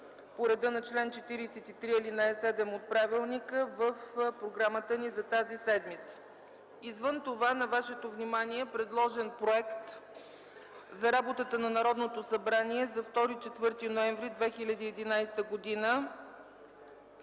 по реда на чл. 43, ал. 7 от правилника в програмата ни за тази седмица. Извън това на вашето внимание е предложен Проект за работата на Народното събрание за 2-4 ноември 2011 г.,